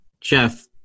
Jeff